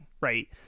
Right